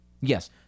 Yes